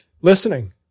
listening